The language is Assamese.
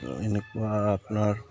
এনেকুৱা আপোনাৰ